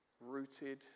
rooted